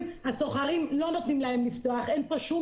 הסוחרים לא נותנים להם לפתוח אין פה שום